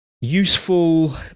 useful